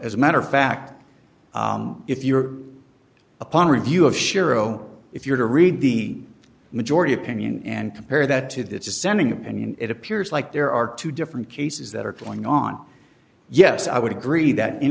as a matter of fact if you're upon review of shiro if you're to read the majority opinion and compare that to the dissenting opinion it appears like there are two different cases that are going on yes i would agree that in